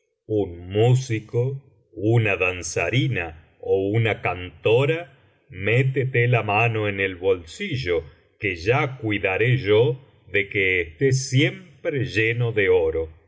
un músico una danzarina ó una eaiuora métete la mano en el bolsillo que ya cuidaré yo de que esté siempre lleno de oro